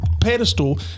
pedestal